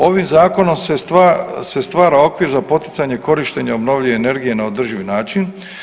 Ovim zakonom se stvara okvir za poticanje korištenja obnovljive energije na održivi način.